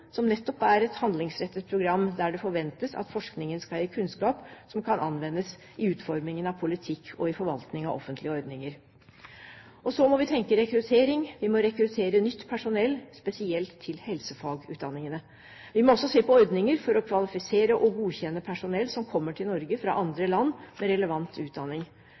som nettopp er et handlingsrettet program der det forventes at forskningen skal gi kunnskap som kan anvendes i utformingen av politikk og i forvaltningen av offentlige ordninger. Så må vi tenke rekruttering. Vi må rekruttere nytt personell, spesielt til helsefagutdanningene. Vi må også se på ordninger for å kvalifisere og godkjenne personell som kommer til Norge fra andre land med relevant utdanning.